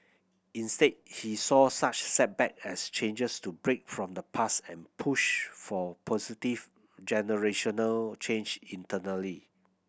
instead he saw such setback as chances to break from the past and push for positive generational change internally